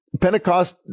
Pentecost